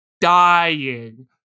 dying